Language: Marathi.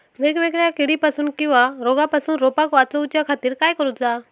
वेगवेगल्या किडीपासून किवा रोगापासून रोपाक वाचउच्या खातीर काय करूचा?